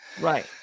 Right